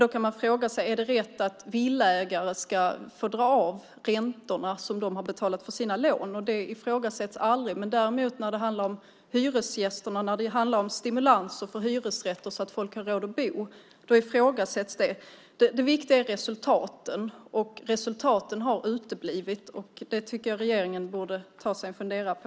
Man kan också fråga sig om det är rätt att villaägare ska få dra av de räntor de har betalat på sina lån. Det ifrågasätts aldrig, men när det handlar om stimulanser för hyresrätter så att folk har råd att bo där blir det ifrågasättanden. Det viktiga är ju resultaten, och här har resultaten uteblivit. Det borde regeringen ta sig en funderare på.